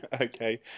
okay